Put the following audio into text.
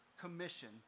commission